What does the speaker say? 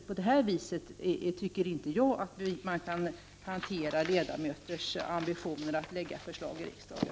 På det här viset tycker inte jag att man kan hantera ledamöternas ambitioner att framlägga förslag för riksdagen.